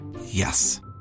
Yes